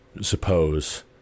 suppose